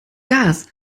gas